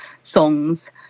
songs